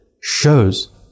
shows